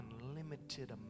unlimited